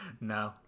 No